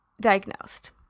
diagnosed